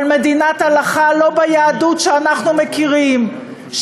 אבל מדינת הלכה לא ביהדות שאנחנו מכירים,